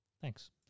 Thanks